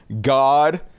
God